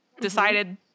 decided